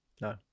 No